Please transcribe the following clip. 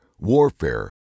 warfare